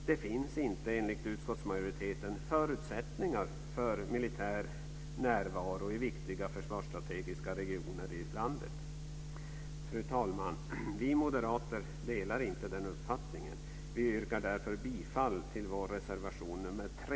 Det finns enligt utskottsmajoriteten inte förutsättningar för militär närvaro i viktiga försvarsstrategiska regioner i landet. Fru talman! Vi moderater delar inte den uppfattningen. Jag yrkar därför bifall till vår reservation 3